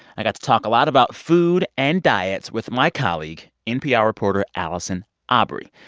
i got talk a lot about food and diets with my colleague, npr reporter allison aubrey.